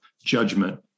judgment